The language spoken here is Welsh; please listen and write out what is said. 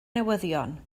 newyddion